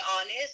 honest